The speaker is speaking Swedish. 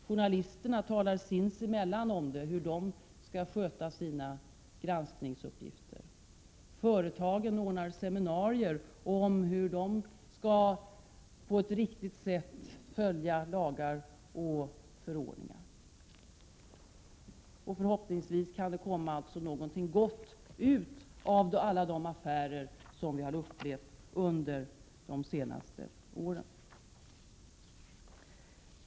Journalisterna talar sinsemellan om hur de skall sköta sina granskningsuppgifter. Företagen ordnar seminarier om hur de på ett riktigt sätt skall följa lagar och förordningar. Förhoppningsvis kan det alltså komma något gott ut av alla de affärer som vi har upplevt under de senaste åren.